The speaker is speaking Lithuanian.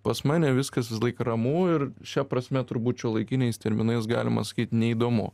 pas mane viskas visąlaik ramu ir šia prasme turbūt šiuolaikiniais terminais galima sakyt neįdomu